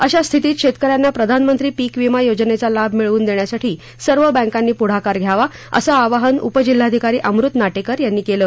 अशा स्थितीत शेतकऱ्यांना प्रधानमंत्री पीक विमा योजनेचा लाभ मिळवून देण्यासाठी सर्व बँकांनी पुढाकार घ्यावा असे आवाहन उपजिल्हाधिकारी अमृत नाटेकर यांनी केले